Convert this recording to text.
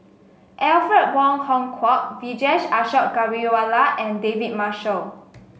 Alfred Wong Hong Kwok Vijesh Ashok Ghariwala and David Marshall